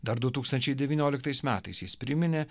dar du tūkstančiai devynioliktais metais jis priminė